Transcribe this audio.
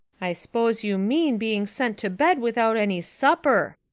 i s'pose you mean being sent to bed without any supper,